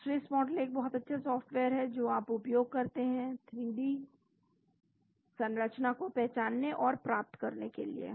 तो Swiss model बहुत अच्छा सॉफ्टवेयर है जो उपयोग करता है 3 डी संरचना को पहचानने और प्राप्त करने के लिए